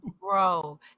bro